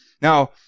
Now